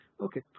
Okay